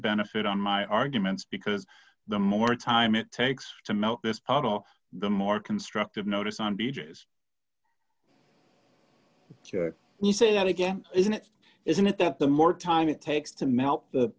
benefit on my arguments because the more time it takes to make this part of the more constructive notice on beaches you say that again isn't it isn't it that the more time it takes to melt the